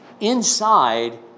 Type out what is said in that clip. Inside